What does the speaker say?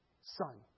son